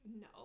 no